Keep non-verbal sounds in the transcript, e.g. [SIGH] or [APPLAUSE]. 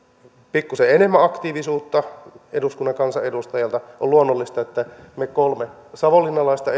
pikkuisen enemmän aktiivisuutta eduskunnan kansanedustajilta on luonnollista että me kolme savonlinnalaista [UNINTELLIGIBLE]